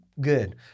good